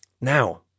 Now